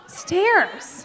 stairs